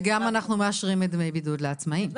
וגם אנחנו מאשרים דמי בידוד לעצמאים.